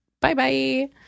Bye-bye